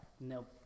Nope